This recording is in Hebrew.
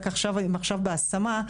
הם עכשיו בהשמה,